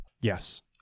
Yes